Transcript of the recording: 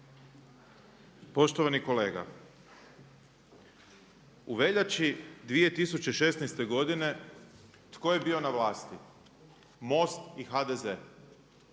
Poštovani kolega u veljači 2016. godine tko je bio na vlasti? MOST i HDZ.